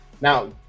now